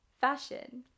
fashion